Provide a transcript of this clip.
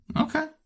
Okay